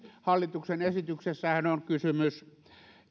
hallituksen esityksessähän on kysymys